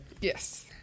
Yes